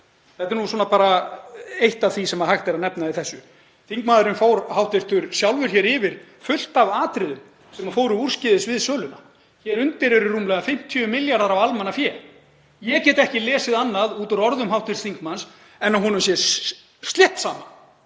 Þetta er bara eitt af því sem hægt er að nefna í þessu. Hv. þingmaður fór sjálfur yfir fullt af atriðum sem fóru úrskeiðis við söluna. Hér undir eru rúmlega 50 milljarðar af almannafé. Ég get ekki lesið annað út úr orðum hv. þingmanns en að honum sé slétt sama